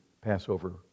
passover